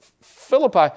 Philippi